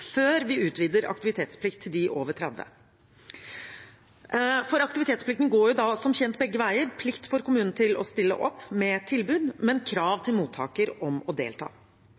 før vi utvider aktivitetsplikten til dem over 30 år. Aktivitetsplikten går jo som kjent begge veier: plikt for kommunen til å stille opp med tilbud, og krav til mottakeren om å delta.